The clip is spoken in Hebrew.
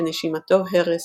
שנשימתו הרס,